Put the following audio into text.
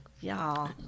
Y'all